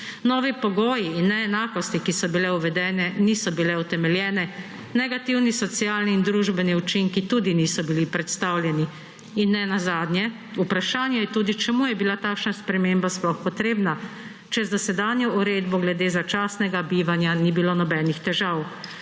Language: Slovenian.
Novi pogoji in neenakosti, ki so bile uvedene, niso bile utemeljene. Negativni socialni in družbeni učinki tudi **6. TRAK: (NM) – 14.25** (nadaljevanje) niso bili predstavljeni. In nenazadnje vprašanje je tudi, čemu je bila takšna sprememba sploh potrebna, če z dosedanjo uredbo glede začasnega bivanja ni bilo nobenih težav.